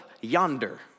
yonder